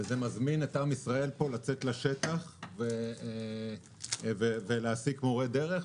זה מזמין את עם ישראל לצאת לשטח ולהעסיק מורי דרך.